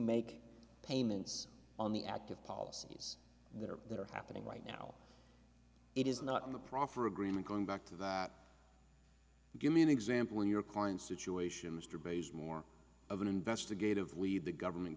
make payments on the active policies that are that are happening right now it is not in the proffer agreement going back to the give me an example in your current situation mr bay's more of an investigative lead the government